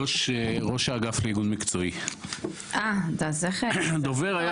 ראש האגף לאיגוד מקצועי, דובר היה פעם.